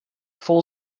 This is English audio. full